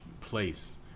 place